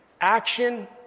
action